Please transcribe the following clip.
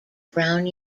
brown